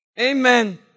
Amen